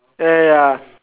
ya ya ya